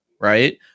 right